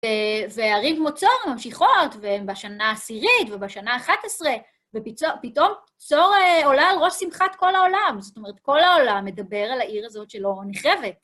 וערים כמו צור ממשיכות, בשנה העשירית ובשנה ה-11, ופתאום צור עולה על ראש שמחת כל העולם. זאת אומרת, כל העולם מדבר על העיר הזאת שלא נחרבת.